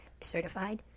certified